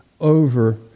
over